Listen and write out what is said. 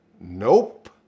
nope